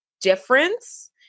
difference